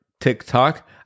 tiktok